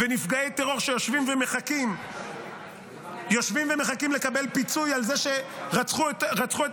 ונפגעי טרור יושבים ומחכים לקבל פיצוי על זה שרצחו את